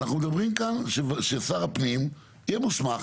אנחנו מדברים כאן על זה ששר הפנים יהיה מוסמך